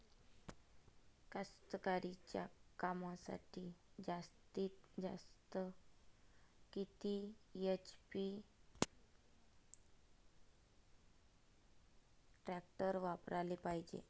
कास्तकारीच्या कामासाठी जास्तीत जास्त किती एच.पी टॅक्टर वापराले पायजे?